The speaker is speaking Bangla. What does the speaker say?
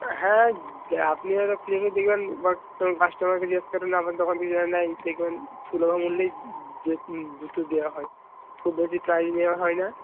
হ্যাঁ আপনি হয়তো খুঁজে খুঁজে দেখবেন বাট কোনো কাস্টোমারকে জিগেস করবেন আমার দোকান থেকে যারা নেয় দেখবেন সুলভ মূল্যেই জুতো দেওয়া হয় খুব বেশি প্রাইস নেওয়া হয় না